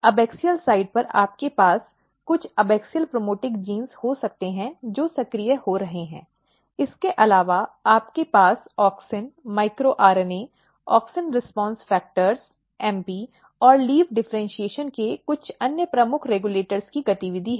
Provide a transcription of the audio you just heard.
abaxial side पर आपके पास कुछ एबॅक्सिअल प्रमोशन जीन हो सकते हैं जो सक्रिय हो रहे हैं इसके अलावा आपके पास auxin micro RNA auxin response factors MP और पत्ती डिफ़र्इन्शीएशन के कुछ अन्य प्रमुख रेगुलेटर्स की गतिविधि है